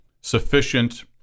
sufficient